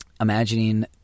imagining